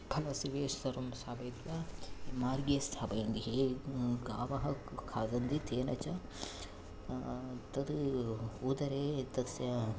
फलस्य वेस्ट् सर्वं स्थापयित्वा मार्गे स्थापयन्ति हे गावः खादन्ति तेन च तद् उदरे तस्य